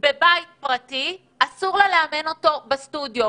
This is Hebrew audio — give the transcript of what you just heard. בבית פרטי, אסור לה לאמן אותו בסטודיו.